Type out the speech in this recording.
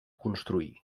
construir